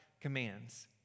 commands